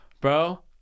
Bro